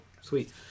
Sweet